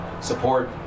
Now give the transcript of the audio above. support